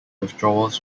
withdrawals